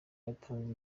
yatanze